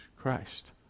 christ